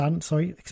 Sorry